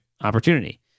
opportunity